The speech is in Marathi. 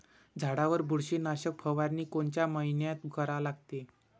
झाडावर बुरशीनाशक फवारनी कोनच्या मइन्यात करा लागते?